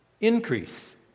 increase